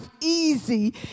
easy